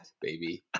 baby